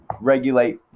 regulate